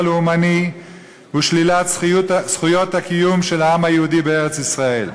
לאומני ושלילת זכות הקיום של העם היהודי בארץ-ישראל.